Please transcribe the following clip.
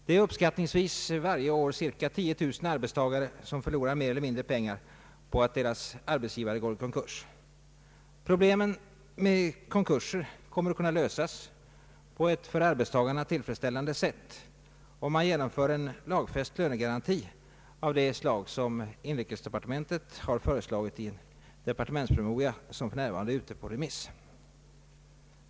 Det är uppskattningsvis varje år cirka 10 000 arbetstagare som mer eller mindre förlorar pengar på att deras arbetsgivare går i konkurs. Problemet med konkurser kommer att kunna lösas på ett för arbetstagarna tillfredsställande sätt, om man genomför en lagfäst lönegaranti av det slag som inrikesdepartementet har föreslagit i en departementspromemoria, som för närvarande är ute på remiss.